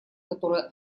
которые